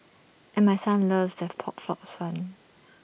and my son loves their pork floss